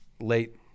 late